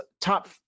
top